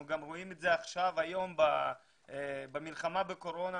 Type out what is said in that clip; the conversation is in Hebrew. אנחנו גם רואים את זה היום במלחמה בקורונה,